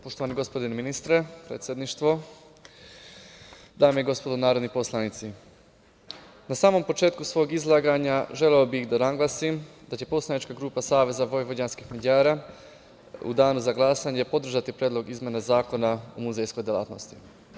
Poštovani gospodine ministre, predsedništvo, dame i gospodo narodni poslanici, na samom početku svog izlaganja želeo bih da naglasim da će poslanička grupa SVM u danu za glasanje podržati Predlog izmene Zakona o muzejskoj delatnosti.